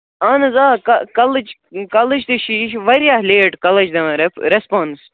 اَہَن حظ آ کَلٕچ کَلٕچ تہِ چھِ یہِ چھِ واریاہ لیٹ کَلٕچ دِوان ریٚپ ریسپانٕس